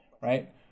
right